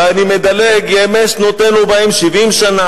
ואני מדלג: ימי שנותינו בהם שבעים שנה